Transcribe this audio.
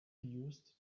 used